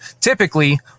typically